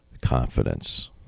confidence